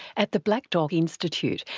at the black dog institute,